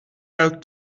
out